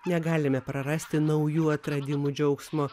negalime prarasti naujų atradimų džiaugsmo